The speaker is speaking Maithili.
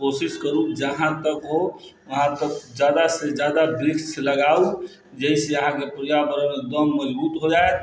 कोशिश करू जहाँ तक हो वहाँ तक ज्यादासँ ज्यादा वृक्ष लगाउ जाहिसँ अहाँके पर्यावरण एकदम मजबूत हो जाएत